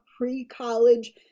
pre-college